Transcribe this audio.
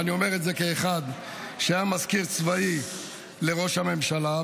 ואני אומר את זה כאחד שהיה מזכיר צבאי של ראש הממשלה,